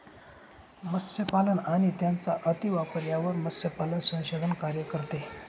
मत्स्यपालन आणि त्यांचा अतिवापर यावर मत्स्यपालन संशोधन कार्य करते